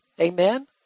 Amen